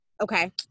Okay